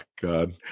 god